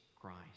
Christ